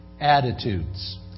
attitudes